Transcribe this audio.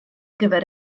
gyfer